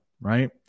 right